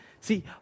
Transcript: See